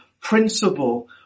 principle